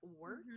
work